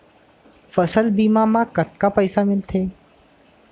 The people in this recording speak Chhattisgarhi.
फसल बीमा म कतका पइसा मिलथे?